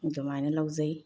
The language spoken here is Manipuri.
ꯑꯗꯨꯃꯥꯏꯅ ꯂꯧꯖꯩ